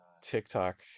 TikTok